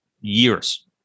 years